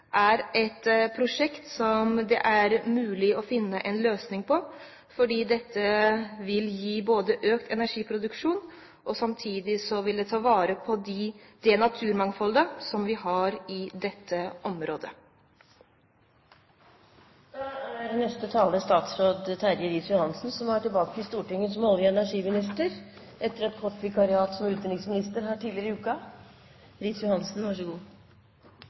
er et prosjekt det er mulig å finne en løsning på, for dette vil både gi økt energiproduksjon og samtidig ta vare på det naturmangfoldet vi har i dette området. Neste taler er statsråd Terje Riis-Johansen, som nå er tilbake i Stortinget som olje- og energiminister etter et kort vikariat som utenriksminister tidligere i